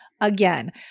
again